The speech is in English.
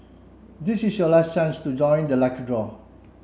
this is your last chance to join the lucky draw